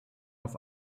auf